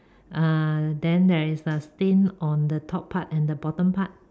uh then there is a stain on the top part and bottom part